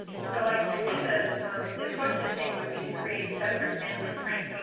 so, i i think the the approach to take would be to create separate sampling frames. so,